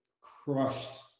crushed